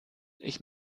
ich